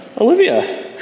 Olivia